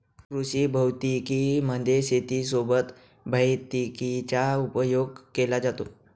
कृषी भौतिकी मध्ये शेती सोबत भैतिकीचा उपयोग केला जातो